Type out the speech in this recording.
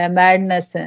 madness